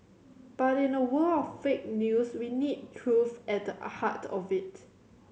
but in a world of fake news you need truth at the a heart of it